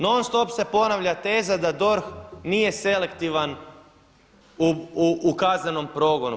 Non stop se ponavlja teza da DORH nije selektivan u kaznenom progonu.